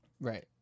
Right